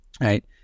right